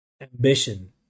ambition